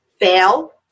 fail